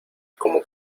como